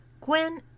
Gwen